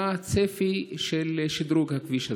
מה הצפי של שדרוג הכביש הזה?